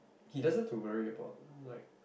he doesn't to worry about like